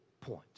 point